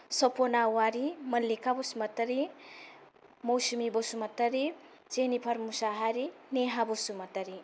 Sapan Owary Mallika Basumatary Mousumi Basumatary Jennifer Mushahary Neha Basumatary